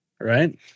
Right